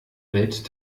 welt